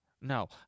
No